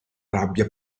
rabbia